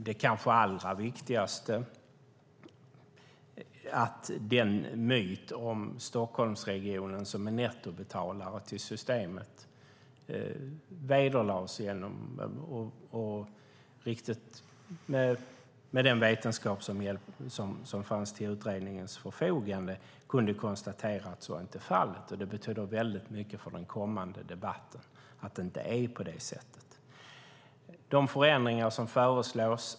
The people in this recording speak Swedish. Det kanske allra viktigaste var att den myt om Stockholmsregionen som nettobetalare till systemet vederlades. Genom den vetenskap som fanns till utredningens förfogande kunde vi konstatera att så inte var fallet. Det betyder väldigt mycket för den kommande debatten att det inte är på det sättet.